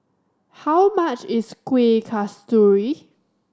how much is Kuih Kasturi